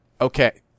Okay